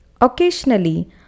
Occasionally